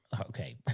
okay